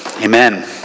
amen